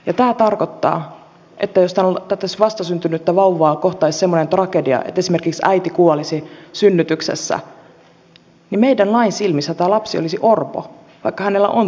ja tämä tarkoittaa että jos tätä vastasyntynyttä vauvaa kohtaisi semmoinen tragedia että esimerkiksi äiti kuolisi synnytyksessä niin meidän lakimme silmissä tämä lapsi olisi orpo vaikka hänellä on toinen äiti